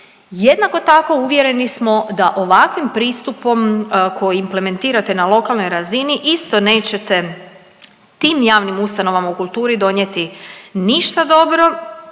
Jednako tako uvjereni smo da ovakvim pristupom koji implementirate na lokalnoj razini isto nećete tim javnim ustanovama u kulturi donijeti ništa dobro